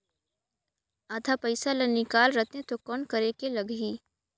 आधा पइसा ला निकाल रतें तो कौन करेके लगही?